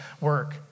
work